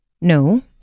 No